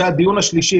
זה הדיון השלישי,